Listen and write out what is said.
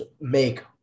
make